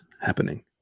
happening